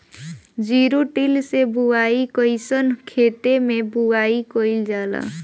Zero till से बुआई कयिसन खेते मै बुआई कयिल जाला?